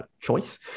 choice